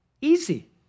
Easy